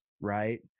right